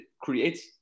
creates